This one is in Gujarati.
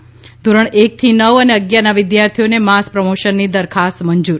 ત ધોરણ એક થી નવ અને અગિયારના વિદ્યાર્થીઓને માસ પ્રમોશનની દરખાસ્ત મંજૂર